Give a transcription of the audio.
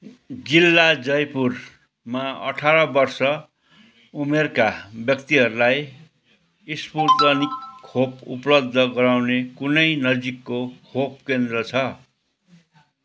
जिल्ला जयपुरमा अठार वर्ष उमेरका व्यक्तिहरलाई स्पुतनिक खोप उपलब्ध गराउने कुनै नजिकको खोप केन्द्र छ